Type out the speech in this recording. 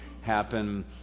happen